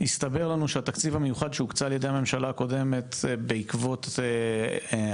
הסתבר לנו שהתקציב המיוחד שהוקצה על-ידי הממשלה הקודמת בעקבות המלחמה,